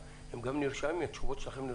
הן גם נרשמות וכך גם התשובות שלהם.